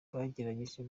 bagerageje